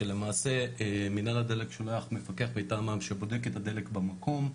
שלמעשה מנהל הדלק שולח מפקח מטעמם שבודק את הדלק במקום,